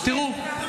תראו,